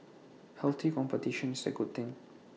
healthy competition is A good thing